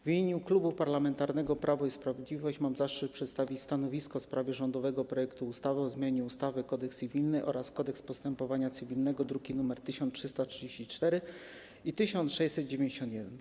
W imieniu Klubu Parlamentarnego Prawo i Sprawiedliwość mam zaszczyt przedstawić stanowisko w sprawie rządowego projektu ustawy o zmianie ustawy - Kodeks cywilny oraz ustawy - Kodeks postępowania cywilnego, druki nr 1344 i 1691.